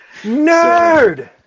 Nerd